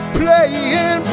playing